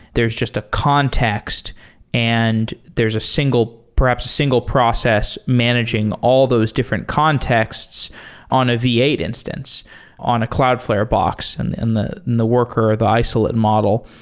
there's just a context and there's perhaps single process managing all those different contexts on a v eight instance, on a cloudflare box and in the the work or or the isolate model.